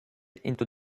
into